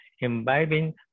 imbibing